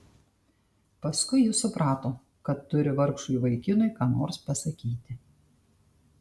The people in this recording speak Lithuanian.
paskui ji suprato kad turi vargšui vaikinui ką nors pasakyti